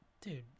Dude